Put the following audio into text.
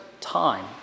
time